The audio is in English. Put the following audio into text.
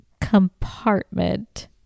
compartment